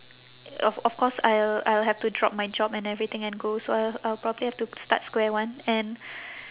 of of course I'll I'll have to drop my job and everything and go so I'll I'll probably have to start square one and